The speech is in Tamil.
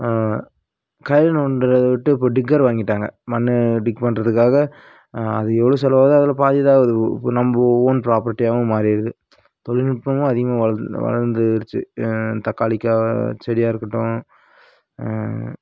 கையில் நோண்டுறத விட்டு இப்போ டிக்கர் வாங்கிட்டாங்க மண்ணு டிக் பண்ணுறதுக்காக அதுக்கு எவ்வளோ செலவாவுதோ அதில் பாதி தான் இதுவும் இப்போ நம்ம ஓன் ப்ராப்பர்ட்டியாவும் மாறிடுது தொழில்நுட்பமும் அதிகமாக வளந் வளர்ந்துடுச்சி தக்காளிக்கா செடியாக இருக்கட்டும்